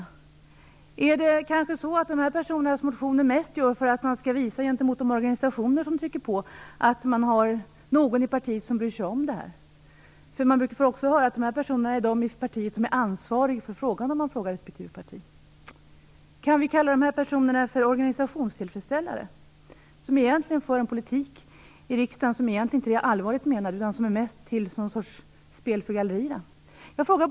Eller är det kanske så att motioner väcks framför allt för att de här personerna vill visa gentemot organisationer som trycker på att någon i partiet bryr sig om dessa frågor? Det brukar nämligen heta att de här personerna är de i partiet som är ansvariga för frågan. Kan vi kalla de här personerna för organisationstillfredsställare som för en politik i riksdagen som egentligen inte är allvarligt menad utan som mest tjänar som en sorts spel för galleriet? Jag bara undrar.